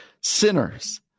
sinners